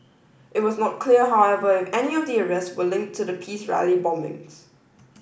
it was not clear however if any of the arrests were linked to the peace rally bombings